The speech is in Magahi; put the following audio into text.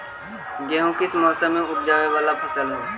गेहूं किस मौसम में ऊपजावे वाला फसल हउ?